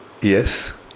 Yes